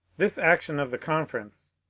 this action of the conference,